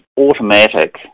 automatic